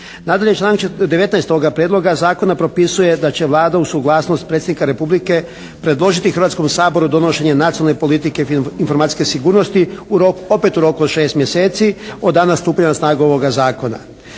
Nadalje članak 19. ovoga prijedloga zakona propisuje da će Vlada uz suglasnost Predsjednika Republike predložiti Hrvatskom saboru donošenje nacionalne politike informacijske sigurnosti opet u roku od šest mjeseci od dana stupanja na snagu ovoga zakona.